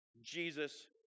Jesus